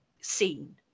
seen